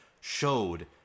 showed